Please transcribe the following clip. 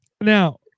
Now